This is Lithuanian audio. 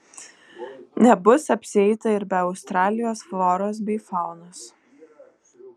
nebus apsieita ir be australijos floros bei faunos